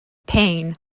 pain